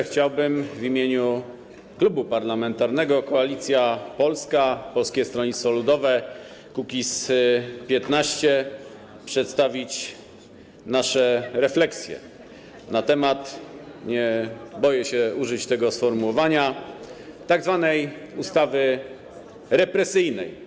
Chciałbym w imieniu Klubu Parlamentarnego Koalicja Polska - Polskie Stronnictwo Ludowe - Kukiz15 przedstawić nasze refleksje na temat - nie boję się użyć tego sformułowania - tzw. ustawy represyjnej.